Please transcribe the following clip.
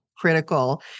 critical